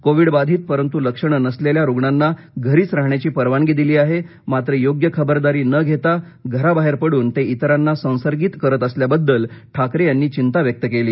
कोविडबाधित परंतु लक्षणे नसलेल्या रुग्णांना घरीच राहण्याची परवानगी दिली आहे मात्र योग्य खबरदारी न घेता बाहेर पडून ते इतरांना संसर्गित करत असल्याबद्दल ठाकरे यांनी यिंता व्यक्त केली